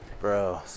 Bro